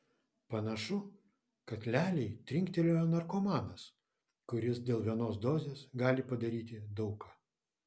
panašu kad lialiai trinktelėjo narkomanas kuris dėl vienos dozės gali padaryti daug ką